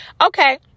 Okay